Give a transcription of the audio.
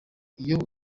iyo